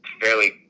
fairly